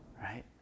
right